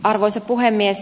arvoisa puhemies